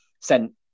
sent